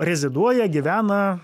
reziduoja gyvena